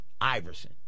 Iverson